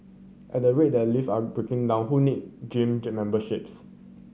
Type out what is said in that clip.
at the rate that lift are breaking down who need gym memberships